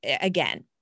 again